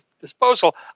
disposal